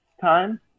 time